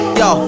yo